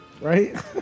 Right